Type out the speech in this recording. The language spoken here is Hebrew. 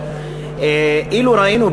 אילו ראינו,